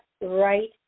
right